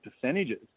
percentages